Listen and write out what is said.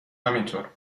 همینطور